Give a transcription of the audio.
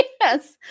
Yes